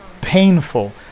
painful